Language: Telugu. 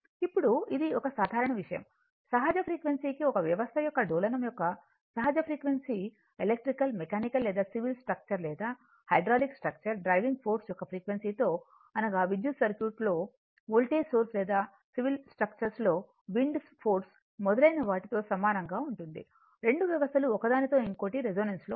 ఇప్పుడు ఇది ఒక సాధారణ విషయం సహజ ఫ్రీక్వెన్సీ ఒక వ్యవస్థ యొక్క డోలనం యొక్క సహజ ఫ్రీక్వెన్సీ ఎలక్ట్రికల్ మెకానికల్ లేదా సివిల్ స్ట్రక్చర్ లేదా హైడ్రాలిక్ స్ట్రక్చర్ డ్రైవింగ్ ఫోర్స్ యొక్క ఫ్రీక్వెన్సీతో అనగా విద్యుత్ సర్క్యూట్లో వోల్టేజ్ సోర్స్ లేదా సివిల్ స్ట్రక్చర్లో విండ్ ఫోర్స్ మొదలైన వాటితో సమానంగా ఉంటుందిరెండు వ్యవస్థ లు ఒకదానితో ఇంకోటి రెసోనెన్స్ లో ఉంటాయి